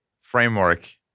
framework